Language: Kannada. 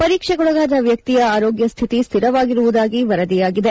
ಪರೀಕ್ಷೆಗೊಳಗಾದ ವ್ಹಕ್ತಿಯ ಆರೋಗ್ಯ ಸ್ಹಿತಿ ಸ್ಹಿರವಾಗಿರುವುದಾಗಿ ವರದಿಯಾಗಿದೆ